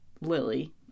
Lily